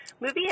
Movie